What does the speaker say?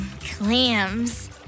clams